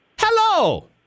Hello